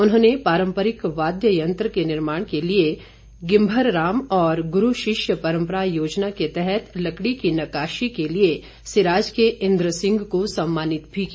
उन्होंने पारंपरिक वाद्य यंत्र के निर्माण के लिए गिम्भर राम और गुरू शिष्य परंपरा योजना के तहत लकड़ी की नक्काशी के लिए सिराज के इंद्र सिंह को सम्मानित भी किया